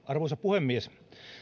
arvoisa puhemies